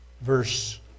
verse